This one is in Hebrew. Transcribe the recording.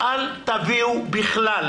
אל תביאו בכלל